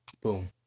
Boom